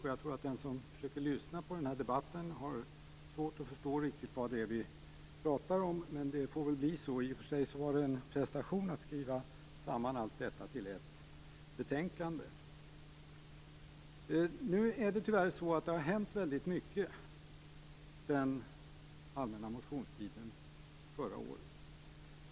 Jag tror att den som försöker lyssna på den här debatten har svårt att riktigt förstå vad det är vi talar om, men det får bli så. Det var i och för sig en prestation att skriva samman allt till ett betänkande. Tyvärr har det hänt väldigt mycket sedan allmänna motionstiden förra året.